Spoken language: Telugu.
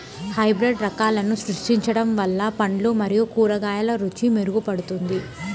హైబ్రిడ్ రకాలను సృష్టించడం వల్ల పండ్లు మరియు కూరగాయల రుచి మెరుగుపడుతుంది